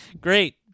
great